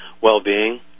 well-being